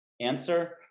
Answer